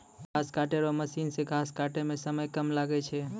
घास काटै रो मशीन से घास काटै मे समय कम लागै छै